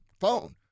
phone